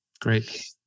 Great